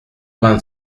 vingt